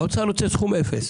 האוצר רוצה סכום אפס